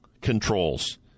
controls